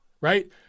Right